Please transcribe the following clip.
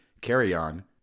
carry-on